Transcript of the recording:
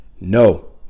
No